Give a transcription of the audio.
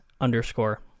underscore